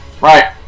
right